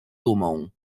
dumą